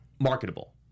marketable